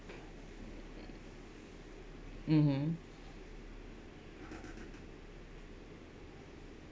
mmhmm